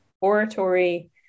oratory